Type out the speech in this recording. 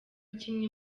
kimwe